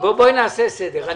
בואי נעשה סדר.